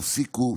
תפסיקו.